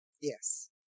yes